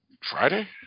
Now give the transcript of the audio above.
Friday